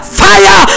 fire